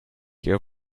your